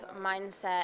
mindset